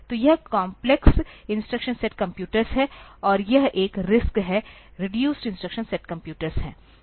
तो यह complex instruction set computers है और यह एक RISC है रेडूसेड इंस्ट्रक्शन सेट कम्प्यूटर्स है